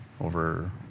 over